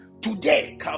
Today